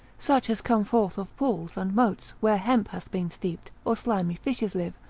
such as come forth of pools, and moats, where hemp hath been steeped, or slimy fishes live,